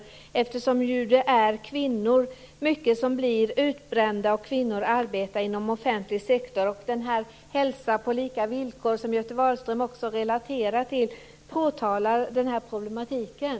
Det är ju i hög grad kvinnor som blir utbrända, inte minst kvinnor som arbetar inom offentlig sektor. Betänkandet Hälsa på lika villkor, som Göte Wahlström också relaterar till, påtalar den här problematiken.